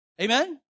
Amen